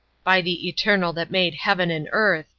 by the eternal that made heaven and earth!